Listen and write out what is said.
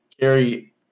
Gary